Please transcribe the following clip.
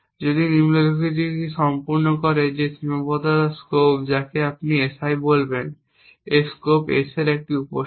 যদি নিম্নলিখিতটি সম্পূর্ণ করে যে এই সীমাবদ্ধতার স্কোপ যাকে আপনি S i বলবেন এই স্কোপ S এর একটি উপসেট